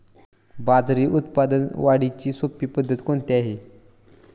बाजरी उत्पादन वाढीची सोपी पद्धत कोणती आहे?